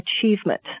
achievement